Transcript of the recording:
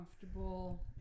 comfortable